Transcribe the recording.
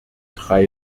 drei